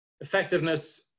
effectiveness